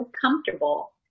comfortable